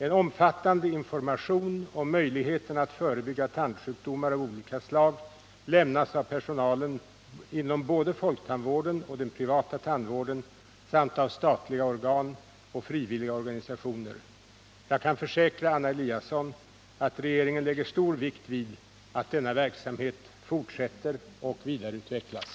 En omfattande information om möjligheterna att förebygga tandsjukdomar av olika slag lämnas av personalen inom både folktandvården och den privata tandvården samt av statliga organ och frivilliga organisationer. Jag kan försäkra Anna Eliasson att regeringen lägger stor vikt vid att denna verksamhet fortsätter och vidareutvecklas.